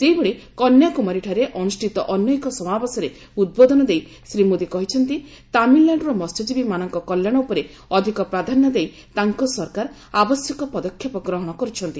ସେହିଭଳି କନ୍ୟାକୁମାରୀଠାରେ ଅନୁଷ୍ଠିତ ଅନ୍ୟ ଏକ ସମାବେଶରେ ଉଦ୍ବୋଧନ ଦେଇ ଶ୍ରୀ ମୋଦୀ କହିଛନ୍ତି ତାମିଲନାଡୁର ମସ୍ୟଜୀବୀମାନଙ୍କ କଲ୍ୟାଣ ଉପରେ ଅଧିକ ପ୍ରାଧାନ୍ୟ ଦେଇ ତାଙ୍କ ସରକାର ଆବଶ୍ୟକ ପଦକ୍ଷେପ ଗ୍ରହଣ କରୁଛନ୍ତି